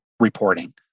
reporting